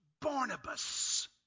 Barnabas